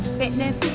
fitness